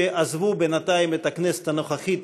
שעזבו בינתיים את הכנסת הנוכחית,